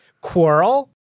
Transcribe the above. Quarrel